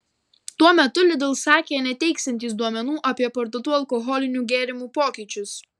tuo metu lidl sakė neteiksiantys duomenų apie parduotų alkoholinių gėrimų pokyčius